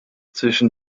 zwischen